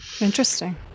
Interesting